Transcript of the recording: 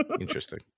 Interesting